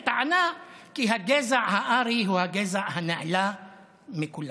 בטענה שהגזע הארי הוא הגזע הנעלה מכולם.